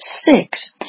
Six